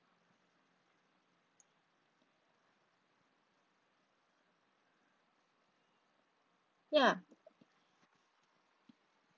ya